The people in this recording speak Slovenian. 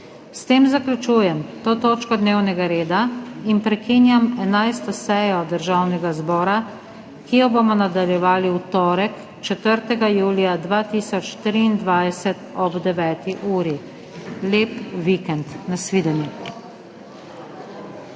S tem zaključujem to točko dnevnega reda. Prekinjam 11. sejo Državnega zbora, ki jo bomo nadaljevali v torek, 3. julija 2023, ob 9. uri. Lep vikend! Na svidenje.